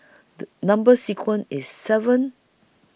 The Number sequence IS seven